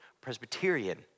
Presbyterian